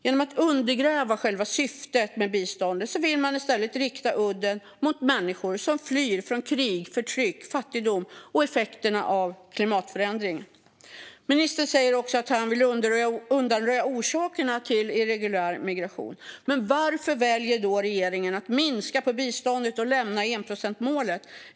Genom att undergräva själva syftet med biståndet vill man rikta udden mot människor som flyr från krig, förtryck, fattigdom och effekterna av klimatförändring. Ministern säger också att han vill undanröja orsakerna till irreguljär migration. Men varför väljer då regeringen att minska biståndet och lämna enprocentsmålet?